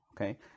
Okay